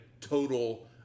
total